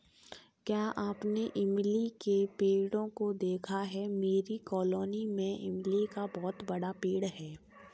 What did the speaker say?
क्या आपने इमली के पेड़ों को देखा है मेरी कॉलोनी में इमली का बहुत बड़ा पेड़ है